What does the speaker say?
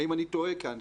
האם אני טועה כאן?